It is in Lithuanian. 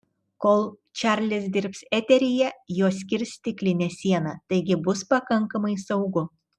kol čarlis dirbs eteryje juos skirs stiklinė siena taigi bus pakankamai saugu